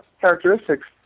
characteristics